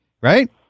Right